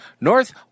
North